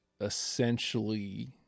essentially